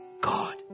God